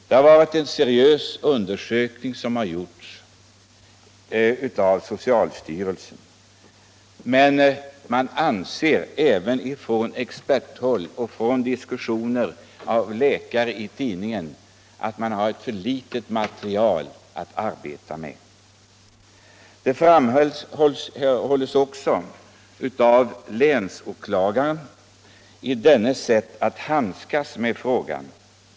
Det är en seriös undersökning som gjorts av socialstyrelsen, men man anser även på experthåll — vilket framkommit i diskussioner mellan läkare som förts i pressen — att det finns för litet material att arbeta med. Detta framgår också av vederbörande länsåklagares sätt att handskas med frågan.